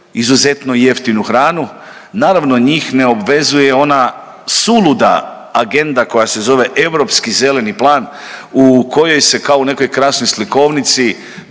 izuzetno jeftinu hranu. Naravno njih ne obvezuje ona suluda agenda koja se zove europski zeleni plan u kojoj se kao u nekoj krasnoj slikovnici,